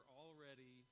already